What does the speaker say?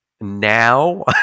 now